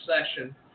session